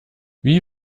wie